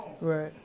Right